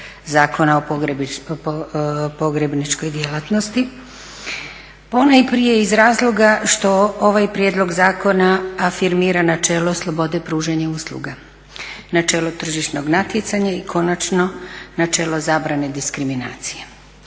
Zakona o pogrebničkoj djelatnosti. Ponajprije iz razloga što ovaj prijedlog zakona afirmira načelo slobode pružanja usluga, načelo tržišnog natjecanja i konačno načelo zabrane diskriminacije.